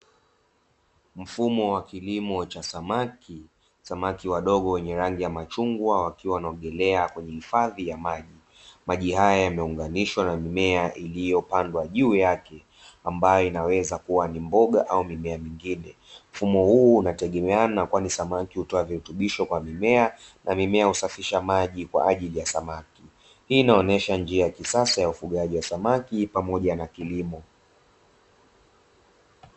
Mfumo wa kilimo cha samaki, samaki wadogo wenye rangi ya machungwa wakiwa wanaogelwa kwenye hifadhi ya maji, maji haya yameinganishwa na mimea iliyopandwa juu yake ambayo inaweza kuwa ni mboga au mimea mingine, mfumo huu unategemeana kwani samaki hutoa virutubisho kwa mimea na mimea husafisha maji kwa ajili ya samaki, hii inaonyesha njia ya kisasa ya ufugaji wa samaki pamoja na kilimo.